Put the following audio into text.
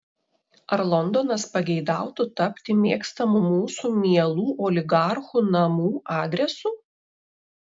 ar londonas pageidautų tapti mėgstamu mūsų mielų oligarchų namų adresu